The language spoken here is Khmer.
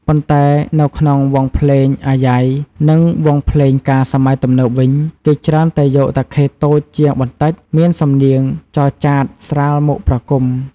ប៉ុន្តែនៅក្នុងវង់ភ្លេងអាយ៉ៃ និងវង់ភ្លេងការសម័យទំនើបវិញ គេច្រើនតែយកតាខេតូចជាងបន្តិច មានសំនៀងចរចាតស្រាលមកប្រគំ។